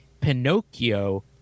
Pinocchio